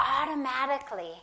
automatically